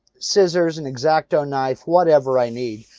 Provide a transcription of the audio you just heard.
scissors, an x-acto knife, whatever i need.